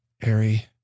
Harry